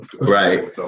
Right